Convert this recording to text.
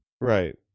Right